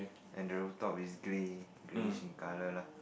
and the roof top is grey grey in color lah